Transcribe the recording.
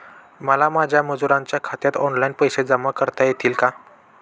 मला माझ्या मजुरांच्या खात्यात ऑनलाइन पैसे जमा करता येतील का?